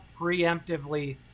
preemptively